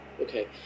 Okay